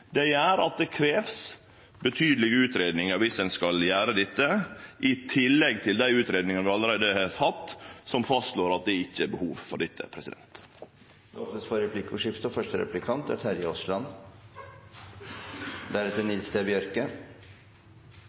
Det gjer at det krevst betydelege utgreiingar viss ein skal gjere dette, i tillegg til dei utgreiingane vi allereie har hatt, som fastslår at det ikkje er behov for dette. Det blir replikkordskifte. Jeg velger å tolke statsråden positivt, og